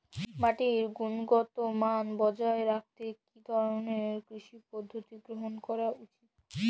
মাটির গুনগতমান বজায় রাখতে কি ধরনের কৃষি পদ্ধতি গ্রহন করা উচিৎ?